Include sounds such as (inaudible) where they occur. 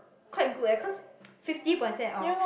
quite good eh cause (noise) fifty percent off